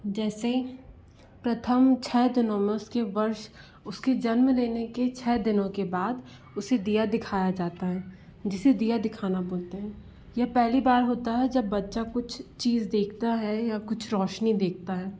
जैसे प्रथम छः दिनों में उसके वर्ष उसके जन्म लेने के छः दिनों के बाद उसे दिया दिखाया जाता है जिसे दिया दिखाना बोलते हैं यह पहली बार होता है जब बच्चा कुछ चीज़ देखता है या कुछ रोशनी देखता है